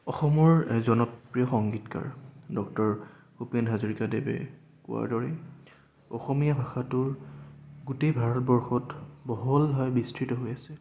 অসমৰ জনপ্ৰিয় সংগীতকাৰ ডক্তৰ ভূপেন হাজৰিকাদেৱে কোৱাৰ দৰে অসমীয়া ভাষাটোৰ গোটেই ভাৰতবৰ্ষত বহলভাৱে বিস্তৃত হৈ আছে